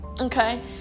okay